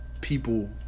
people